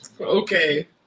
Okay